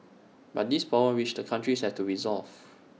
but these problems which the countries have to resolve